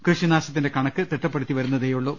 കൃഷിനാശ ത്തിന്റെ കണക്ക് തിട്ടപ്പെടുത്തിവരുന്നതേയുള്ളൂ